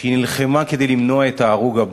בכך שהיא נלחמה כדי למנוע את ההרוג הבא.